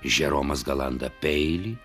žeromas galanda peilį